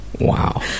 Wow